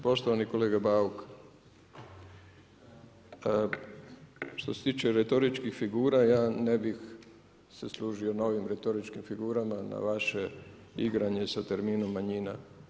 Poštovani kolega Bauk, što se tiče retoričkih figura, ja ne bih se služio novim retoričkim figurama na vaše igranje sa terminom manjina.